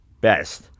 best